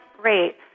great